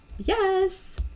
Yes